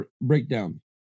breakdown